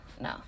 No